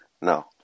No